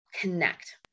connect